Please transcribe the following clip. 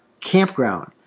campground